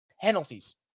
Penalties